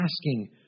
asking